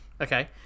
Okay